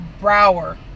Brower